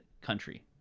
country